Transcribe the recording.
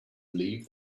believe